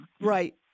Right